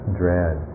dread